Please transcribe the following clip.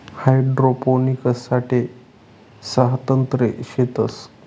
hydroponics साठे सहा तंत्रे शेतस